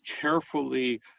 carefully